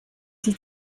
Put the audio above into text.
sich